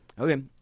Okay